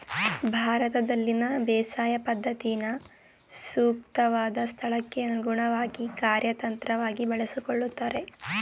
ಭಾರತದಲ್ಲಿನ ಬೇಸಾಯ ಪದ್ಧತಿನ ಸೂಕ್ತವಾದ್ ಸ್ಥಳಕ್ಕೆ ಅನುಗುಣ್ವಾಗಿ ಕಾರ್ಯತಂತ್ರವಾಗಿ ಬಳಸ್ಕೊಳ್ತಾರೆ